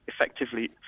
effectively